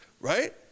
right